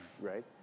Right